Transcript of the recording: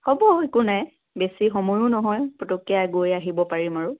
হ'ব একো নাই বেছি সময়ো নহয় পুটুককৈ গৈ আহিব পাৰিম আৰু